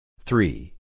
Three